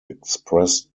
express